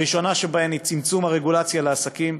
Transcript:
הראשונה שבהן היא צמצום הרגולציה לעסקים,